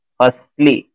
firstly